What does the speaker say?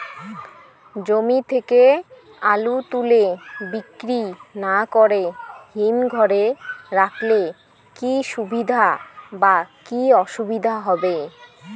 জমি থেকে আলু তুলে বিক্রি না করে হিমঘরে রাখলে কী সুবিধা বা কী অসুবিধা হবে?